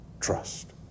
Trust